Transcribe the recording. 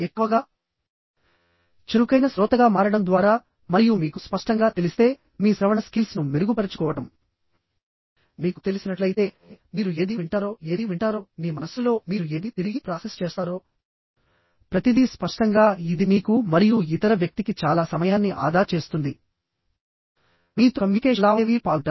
ఎక్కువగా చురుకైన శ్రోతగా మారడం ద్వారా మరియు మీకు స్పష్టంగా తెలిస్తే మీ శ్రవణ స్కీల్స్ ను మెరుగుపరచుకోవడం మీకు తెలిసినట్లయితే మీరు ఏది వింటారో ఏది వింటారో మీ మనస్సులో మీరు ఏది తిరిగి ప్రాసెస్ చేస్తారో ప్రతిదీ స్పష్టంగా ఇది మీకు మరియు ఇతర వ్యక్తికి చాలా సమయాన్ని ఆదా చేస్తుంది మీతో కమ్యూనికేషన్ లావాదేవీలో పాల్గొంటారు